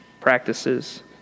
practices